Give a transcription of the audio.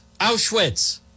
Auschwitz